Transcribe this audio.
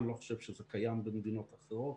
אני לא חושב שזה קיים במדינות אחרות.